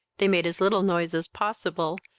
they made as little noise as possible,